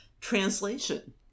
translation